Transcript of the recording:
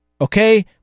Okay